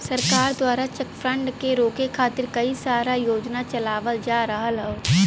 सरकार दवारा cheque fraud के रोके खातिर कई सारा योजना चलावल जा रहल हौ